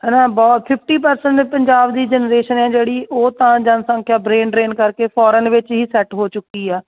ਹੈ ਨਾ ਬਹੁਤ ਫੀਫਟੀ ਪਰਸੈਂਟ ਪੰਜਾਬ ਦੀ ਜਨਰੇਸ਼ਨ ਹੈ ਜਿਹੜੀ ਉਹ ਤਾਂ ਜਨਸੰਖਿਆ ਬਰੇਨ ਡ੍ਰੇਨ ਕਰਕੇ ਫੋਰਨ ਵਿੱਚ ਹੀ ਸੈੱਟ ਹੋ ਚੁੱਕੀ ਆ